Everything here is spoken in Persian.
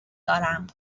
دارم